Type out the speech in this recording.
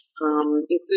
including